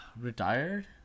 Retired